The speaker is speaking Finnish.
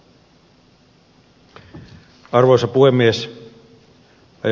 arvoisa puhemies